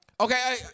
Okay